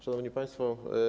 Szanowni Państwo!